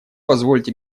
позвольте